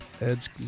Ed's